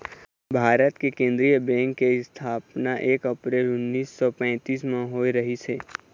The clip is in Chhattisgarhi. भारत के केंद्रीय बेंक के इस्थापना एक अपरेल उन्नीस सौ पैतीस म होए रहिस हे